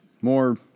more